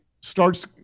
starts